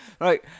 Right